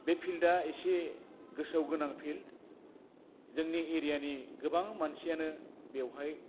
बे फिल्दा इसे गोसोयाव गोनां फिल्द जोंनि एरियानि गोबां मानसियानो बेवहाय